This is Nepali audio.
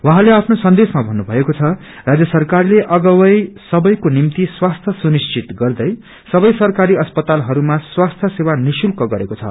उहाँले आफ्नो सन्देशमा भन्नुभएको छ राज्य सरकारले अगावै सबैको निम्ति स्वास्थ्य सुनिश्चित गर्दै सरकाारी अस्पतालहरूमा स्वास्थ्य सेवा निशुल्क गरेको छ